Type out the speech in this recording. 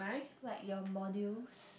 like your modules